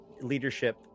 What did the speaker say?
leadership